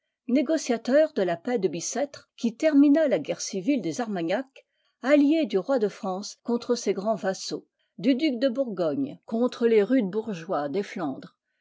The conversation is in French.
négociateur de la paix de bicêtre qui termina la guerre civile des armagnac allié du roi de france contre ses grands vassaux du duc de bourgogne digitized by google contre les rudes bourgeois des flandres